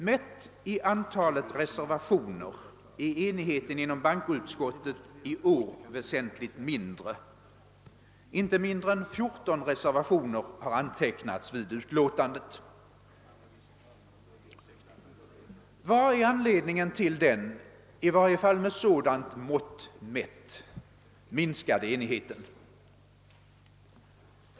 Mätt i antalet reservationer är enigheten inom bankoutskottet i år väsentligt mindre: så mycket som 14 reservationer har antecknats vid utlåtandet. Vad är anledningen till den, i varje fall med sådant mått mätt, minskade enigheten?